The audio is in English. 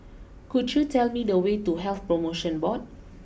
could you tell me the way to Health promotion Board